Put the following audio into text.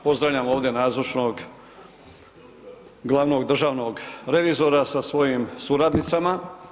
Pozdravljam ovdje nazočnog glavnog državnog revizora sa svojim suradnicama.